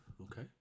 okay